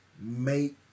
make